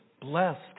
blessed